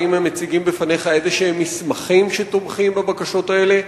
האם הם מציגים בפניך איזה מסמכים שתומכים בבקשות האלה?